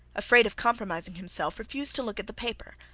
afraid of compromising himself, refused to look at the paper,